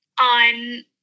on